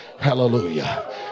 Hallelujah